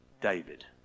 David